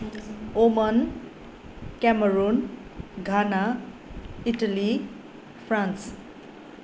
ओमन Cameroon Ghana Italy France